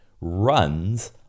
runs